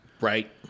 Right